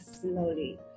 slowly